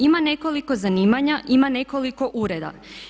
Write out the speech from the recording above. Ima nekoliko zanimanja, ima nekoliko ureda.